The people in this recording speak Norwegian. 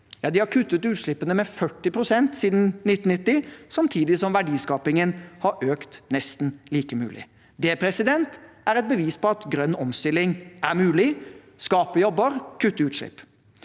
De har kuttet utslippene med 40 pst. siden 1990 samtidig som verdiskapingen har økt nesten like mye. Det er et bevis på at grønn omstilling er mulig, skaper jobber og kutter utslipp.